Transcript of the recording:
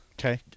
Okay